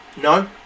No